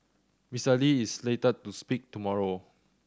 Mister Lee is slated to speak tomorrow